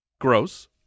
Gross